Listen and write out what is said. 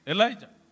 Elijah